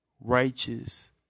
righteous